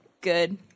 good